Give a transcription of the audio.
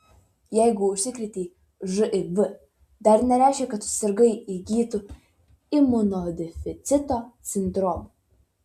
jeigu užsikrėtei živ dar nereiškia kad susirgai įgytu imunodeficito sindromu